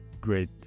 great